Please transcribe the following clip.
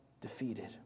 defeated